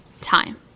Time